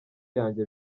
yanjye